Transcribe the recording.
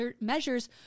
measures